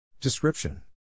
Description